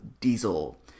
Diesel